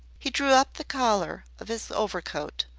he drew up the collar of his overcoat,